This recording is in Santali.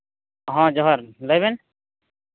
ᱦᱚᱸ ᱡᱚᱦᱟᱨ ᱞᱟᱹᱭ ᱵᱮᱱ